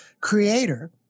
creator